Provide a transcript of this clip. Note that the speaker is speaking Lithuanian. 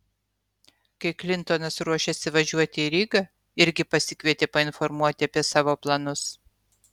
kai klintonas ruošėsi važiuoti į rygą irgi pasikvietė painformuoti apie savo planus